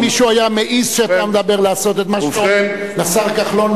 אם מישהו היה מעז כשאתה מדבר לעשות את מה שאתה אומר לשר כחלון,